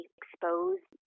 exposed